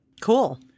Cool